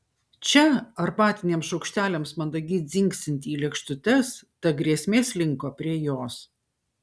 čia arbatiniams šaukšteliams mandagiai dzingsint į lėkštutes ta grėsmė slinko prie jos